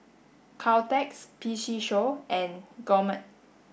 Caltex P C Show and Gourmet